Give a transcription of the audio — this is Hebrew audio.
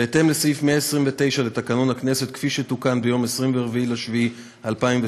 בהתאם לסעיף 129 לתקנון הכנסת כפי שתוקן ביום 24 ביולי 2017,